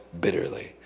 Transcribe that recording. bitterly